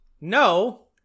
no